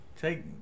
take